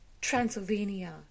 Transylvania